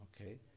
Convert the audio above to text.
Okay